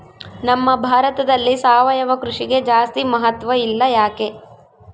ನಮ್ಮ ಭಾರತದಲ್ಲಿ ಸಾವಯವ ಕೃಷಿಗೆ ಜಾಸ್ತಿ ಮಹತ್ವ ಇಲ್ಲ ಯಾಕೆ?